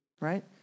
Right